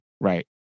right